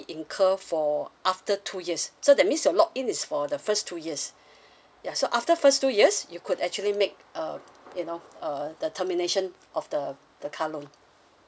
incur for after two years so that means your lock in is for the first two years ya so after first two years you could actually make uh you know uh the termination of the the car loan